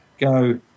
go